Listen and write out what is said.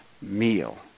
meal